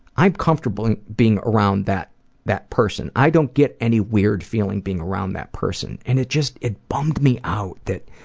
i'm comfortable and being around that that person. i don't get any weird feeling being around that person. and it just bummed me out that